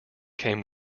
came